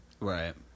Right